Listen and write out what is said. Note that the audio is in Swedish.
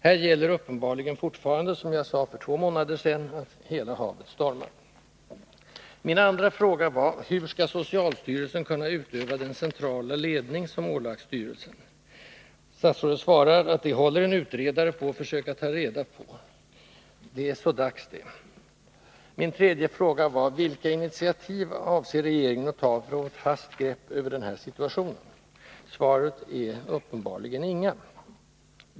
— Här gäller uppenbarligen fortfarande, som jag sade för två månader sedan, att ”hela havet stormar”. 2. Hur skall socialstyrelsen kunna utöva den ”centrala ledningen”, som ålagts styrelsen? Statsrådet svarar: Det håller en utredare på att försöka ta reda på. — Det är så dags, det. 3. Vilka initiativ avser regeringen att ta för att få ett fast grepp över den här situationen? Svaret är: Uppenbarligen inga.